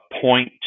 point